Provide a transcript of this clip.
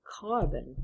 carbon